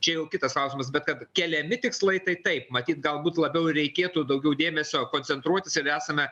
čia jau kitas klausimas bet kad keliami tikslai tai taip matyt galbūt labiau reikėtų daugiau dėmesio koncentruotis ir esame